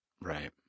Right